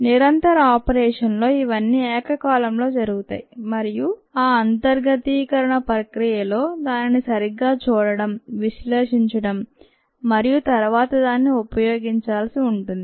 నిరంతర ఆపరేషన్ లో ఇవన్నీ ఏకకాలంలో జరుగుతాయి మరియు ఆ అంతర్గతీకరణ ప్రక్రియలో దానిని సరిగ్గా చూడటం విశ్లేషించడం మరియు తరువాత దానిని ఉపయోగించాల్సి ఉంటుంది